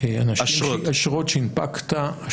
אשרות שהנפקת,